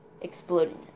exploding